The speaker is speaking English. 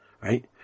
Right